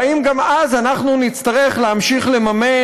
והאם גם אז אנחנו נצטרך להמשיך לממן